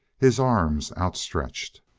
his arms outstretched.